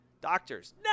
Doctors